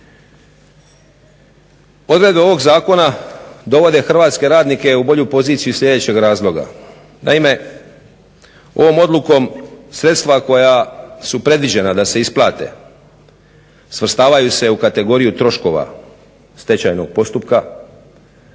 Odredbe ovog zakona dovode hrvatske radnike u bolju poziciju iz sljedećeg razloga. Naime, ovom odlukom sredstva koja su predviđena da se isplate svrstavaju se u kategoriju troškova stečajnog postupka